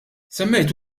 semmejt